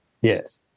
Yes